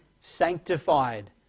sanctified